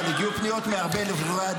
אבל הגיעו פניות מהרבה ועדים.